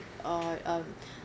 or um